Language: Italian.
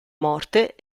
morte